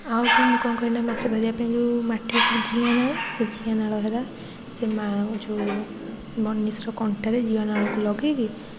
ଆଉ ବି ମୁଁ କ'ଣ କରେନା ମାଛ ଧରିବା ପାଇଁ ଯେଉଁ ମାଟିରୁ ସବୁ ଜିଆ ନାଳ ସେ ଜିଆ ନାଳ ହେଲା ସେ ମା' ଯେଉଁ ବନିସର କଣ୍ଟାରେ ଜିଆ ନାଳକୁ ଲଗେଇକି